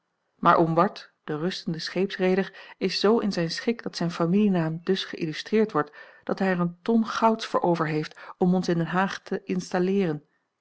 maar oom ward de rustende scheepsreeder is z in zijn schik dat zijn familienaam dus geïllustreerd wordt dat hij er een ton gouds voor overheeft om ons in den haag te installeeren